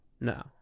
No